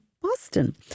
Boston